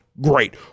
great